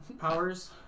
Powers